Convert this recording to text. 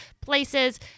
places